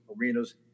arenas